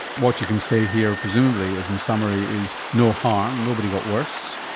what you can say here presumably is in summary is no harm, nobody got worse,